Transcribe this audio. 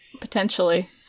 potentially